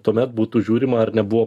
tuomet būtų žiūrima ar nebuvo